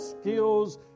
skills